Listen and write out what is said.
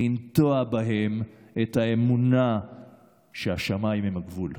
לנטוע בהם את האמונה שהשמיים הם הגבול.